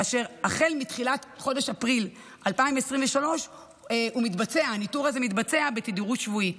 כאשר החל מתחילת חודש אפריל 2023 הניטור הזה מתבצע בתדירות שבועית.